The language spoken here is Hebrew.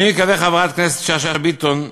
אני מקווה, חברת הכנסת שאשא ביטון,